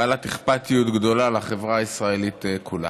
בעלת אכפתיות גדולה לחברה הישראלית כולה.